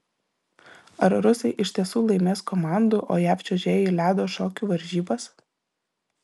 ar rusai iš tiesų laimės komandų o jav čiuožėjai ledo šokių varžybas